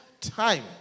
time